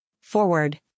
forward